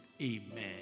amen